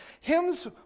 Hymns